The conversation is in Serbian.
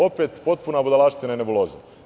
Opet potpuna budalaština i nebuloza.